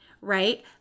right